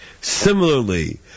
Similarly